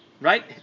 Right